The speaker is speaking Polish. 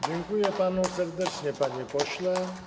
Dziękuję panu serdecznie, panie pośle.